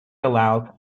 allows